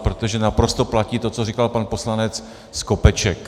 Protože naprosto platí to, co říkal pan poslanec Skopeček.